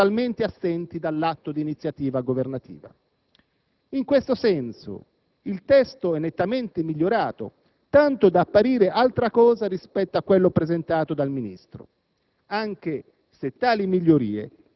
in proprio elementi istruttori totalmente assenti dall'atto di iniziativa governativa. In questo senso il testo è nettamente migliorato, tanto da apparire altra cosa rispetto a quello presentato dal Ministro;